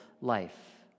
life